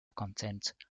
content